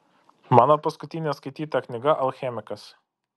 mano paskutinė skaityta knyga alchemikas